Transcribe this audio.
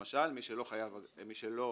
למשל, מי שלא